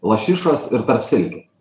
lašišos ir tarp silkės